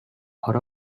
out